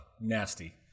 nasty